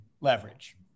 leverage